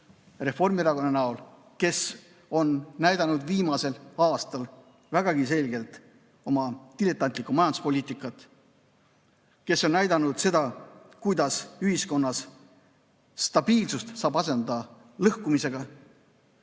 Reformierakonna näol näidanud viimasel aastal vägagi selgelt oma diletantlikku majanduspoliitikat. Ta on näidanud seda, kuidas ühiskonnas stabiilsuse saab asendada lõhkumisega,